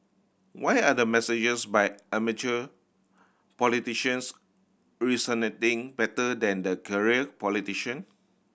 why are the messages by amateur politicians resonating better than the career politician